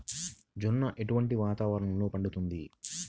జొన్న ఎటువంటి వాతావరణంలో పండుతుంది?